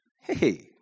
Hey